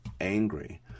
angry